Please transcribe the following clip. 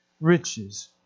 riches